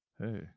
hey